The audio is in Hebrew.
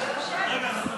אז אתה